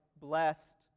blessed